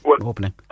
opening